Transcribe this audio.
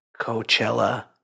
coachella